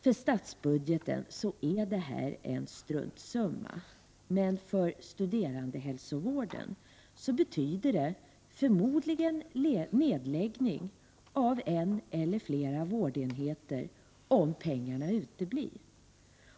För statsbudgeten är detta en struntsumma, men för studerandehälsovården betyder det förmodligen nedläggning av en eller flera vårdenheter om pengarna uteblir.